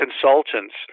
consultants